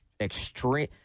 extreme